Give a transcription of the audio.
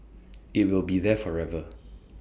IT will be there forever